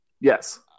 Yes